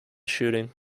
shooting